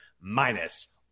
minus